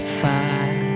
fire